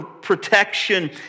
protection